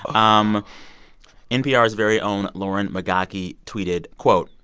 um npr's very own lauren migaki tweeted, quote,